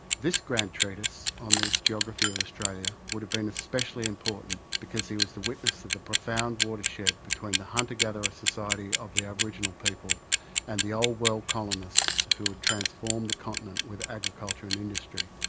this grand treatise on the geography of australia would have been especially important because he was the witness to the profound watershed between the hunter-gather ah society of the aboriginal people and the old world colonists who would transform the continent with agriculture and industry.